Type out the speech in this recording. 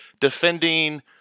defending